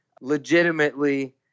legitimately